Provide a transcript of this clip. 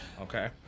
Okay